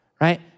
right